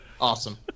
Awesome